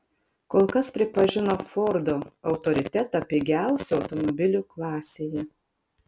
kol kas pripažino fordo autoritetą pigiausių automobilių klasėje